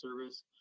service